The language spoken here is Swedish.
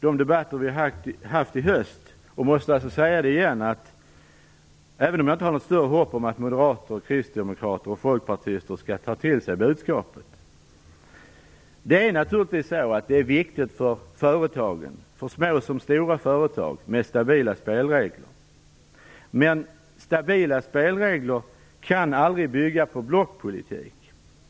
de debatter vi har haft i höst, och måste alltså säga det igen, även om jag inte har något större hopp om att moderater, kristdemokrater och folkpartister skall ta till sig budskapet. Det är naturligtvis viktigt för företagen, små som stora, med stabila spelregler, men stabila spelregler kan aldrig bygga på blockpolitik.